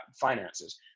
finances